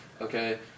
okay